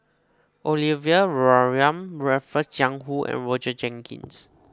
Olivia Mariamne Raffles Jiang Hu and Roger Jenkins